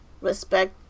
respect